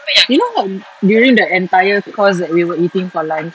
you know how during the entire course that we were eating for lunch